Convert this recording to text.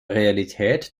realität